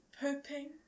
pooping